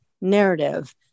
narrative